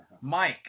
Mike